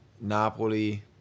Napoli